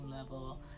level